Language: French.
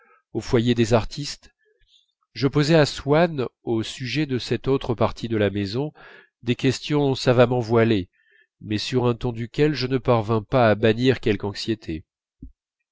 au foyer des artistes je posai à swann au sujet de cette autre partie de la maison des questions savamment voilées mais sur un ton duquel je ne parvins pas à bannir quelque anxiété